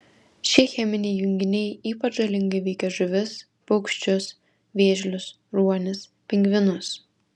šie cheminiai junginiai ypač žalingai veikia žuvis paukščius vėžlius ruonius pingvinus